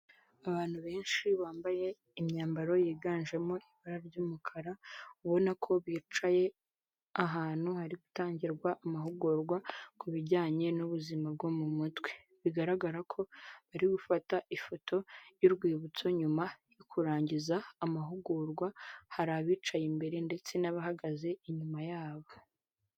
Abantu benshi bambaye imyambaro yiganjemo ibara ry'umukara ubona ko bicaye ahantu hari gutangirwa amahugurwa ku bijyanye n'ubuzima bwo mu mutwe, bigaragara ko ari bufata ifoto y'urwibutso nyuma yo kurangiza amahugurwa hari abicaye imbere ndetse n'abahagaze inyuma yabo.